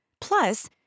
Plus